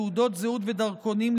תעודות זהות ודרכונים,